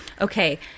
okay